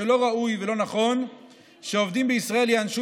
שלא ראוי ולא נכון שעובדים בישראל ייענשו